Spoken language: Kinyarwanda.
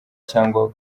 cyangwa